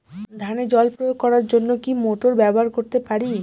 ধানে জল প্রয়োগ করার জন্য কি মোটর ব্যবহার করতে পারি?